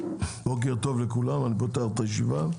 בוקר טוב לכולם, אני פותח את הישיבה.